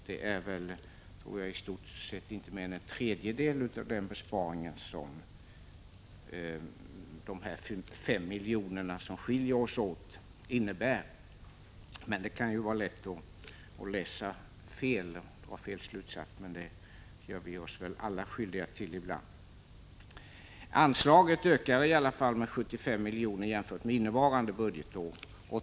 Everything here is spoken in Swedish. Det är, tror jag, i stort sett inte mer än en tredjedel av den besparingen som de 5 miljoner som skiljer oss åt innebär. Men det kan vara lätt att läsa fel och dra fel slutsats, det gör vi oss väl alla skyldiga till ibland. Anslaget ökar i alla fall med 75 milj.kr. jämfört med innevarande budgetår.